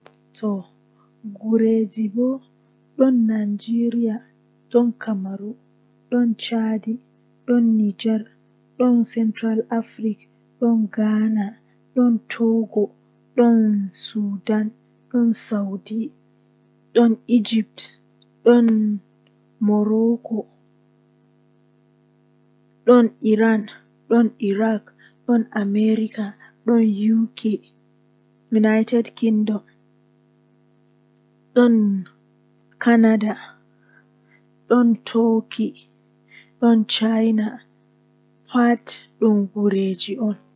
Haa sare mi woni woodi windooji guda tati haa palo man woodi gotel haa nder suudu to ahawri fuu majum nangan windooji gudaa joye.